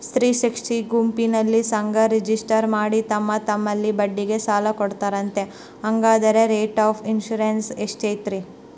ಸ್ತ್ರೇ ಶಕ್ತಿ ಗುಂಪಿನಲ್ಲಿ ಸಂಘ ರಿಜಿಸ್ಟರ್ ಮಾಡಿ ತಮ್ಮ ತಮ್ಮಲ್ಲೇ ಬಡ್ಡಿಗೆ ಸಾಲ ಕೊಡ್ತಾರಂತೆ, ಹಂಗಾದರೆ ರೇಟ್ ಆಫ್ ಇಂಟರೆಸ್ಟ್ ಎಷ್ಟಿರ್ತದ?